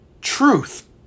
Truth